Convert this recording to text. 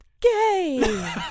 Gay